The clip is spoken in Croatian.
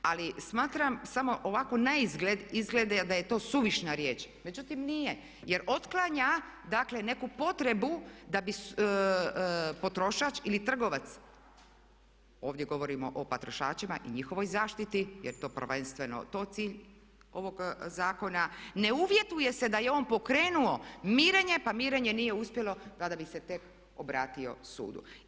Ali smatram samo ovako naizgled izgleda da je to suvišna riječ, međutim nije jer otklanja dakle neku potrebu da bi potrošač ili trgovac, ovdje govorimo o potrošačima i njihovoj zaštiti jer to prvenstveno je cilj ovog zakona, ne uvjetuje se da je on pokrenuo mirenje pa mirenje nije uspjelo i tada bi se tek obratio sudu.